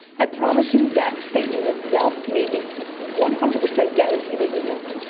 i promise you that statement itself made me one hundred percent guarantee that you won't.